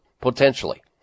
potentially